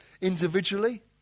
individually